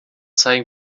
zeigen